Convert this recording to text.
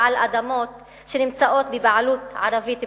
על אדמות שנמצאות בבעלות ערבית פרטית.